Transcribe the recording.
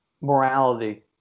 morality